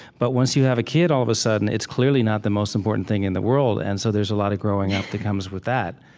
but once you have a kid, all of a sudden, it's clearly not the most important thing in the world. and so there's a lot of growing up that comes with that.